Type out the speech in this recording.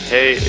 Hey